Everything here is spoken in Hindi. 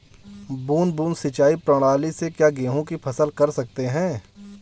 बूंद बूंद सिंचाई प्रणाली से क्या गेहूँ की फसल कर सकते हैं?